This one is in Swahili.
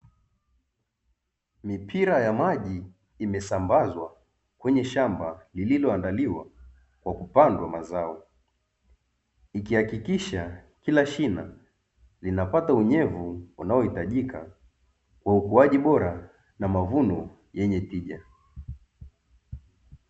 Mipira ya maji imesambazwa kwenye shamba lililoandaliwa kwa kupandwa mazao, ikihakikisha kila shina linapata unyevu unaohitajika kwa ukuaji bora na mavuno yenye tija.